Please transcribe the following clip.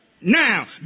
Now